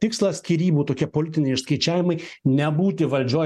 tikslas skyrybų tokie politiniai išskaičiavimai nebūti valdžioj